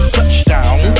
Touchdown